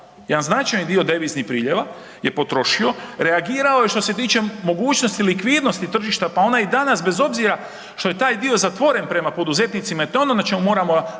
jedan značajni dio deviznih priljeva je potrošio, reagirao je što se tiče mogućnosti likvidnosti tržišta pa ona je i danas bez obzira što je taj dio zatvoren prema poduzetnicima, to je ono na čemu moramo